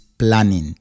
planning